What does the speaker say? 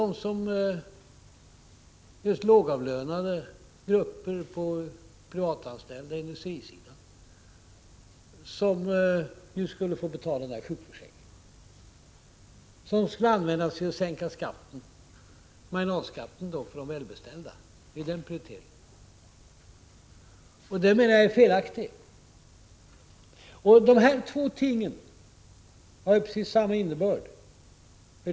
Det är de lågavlönade grupperna som är privatanställda på industrisidan som får betala denna ändring av sjukförsäkringen, vilken skulle ge pengar som kunde användas till att sänka marginalskatterna för de välbeställda. Det är den prioriteringen som görs. Jag menar att den är felaktig. De här två tingen har precis samma innebörd.